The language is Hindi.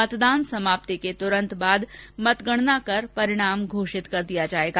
मतदान समाप्ति के तुरन्त बाद मतगणना कर परिणाम घोषित किया जाएगा